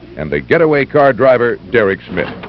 and the getaway car driver, derrick smith.